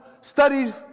studied